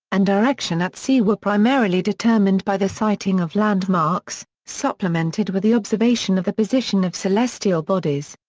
and direction at sea were primarily determined by the sighting of landmarks, supplemented with the observation of the position of celestial bodies.